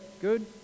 good